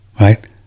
right